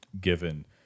given